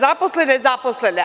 zaposle nezaposlene.